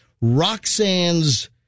Roxanne's